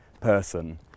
person